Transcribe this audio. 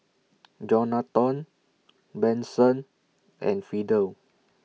Jonathon Benson and Fidel